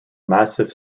massif